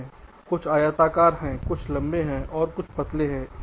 कुछ आयताकार हैं कुछ लंबे हैं तो कुछ पतले हैं